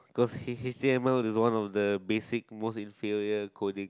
cause H h_t_m_l is one of the basic most inferior coding